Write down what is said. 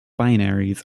binaries